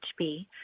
HB